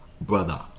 brother